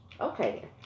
okay